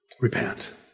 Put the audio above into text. repent